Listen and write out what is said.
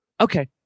Okay